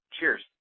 Cheers